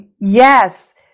Yes